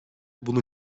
bunu